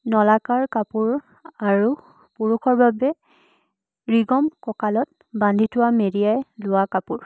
নলাকাৰ কাপোৰ আৰু পুৰুষৰ বাবে ৰিগম কঁকালত বান্ধি থোৱা মেৰিয়াই লোৱা কাপোৰ